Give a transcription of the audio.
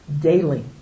daily